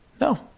no